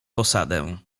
posadę